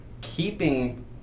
keeping